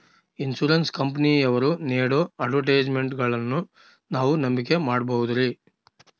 Insurance ಕಂಪನಿಯವರು ನೇಡೋ ಅಡ್ವರ್ಟೈಸ್ಮೆಂಟ್ಗಳನ್ನು ನಾವು ನಂಬಿಕೆ ಮಾಡಬಹುದ್ರಿ?